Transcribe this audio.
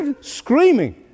screaming